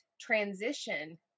transition